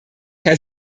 herr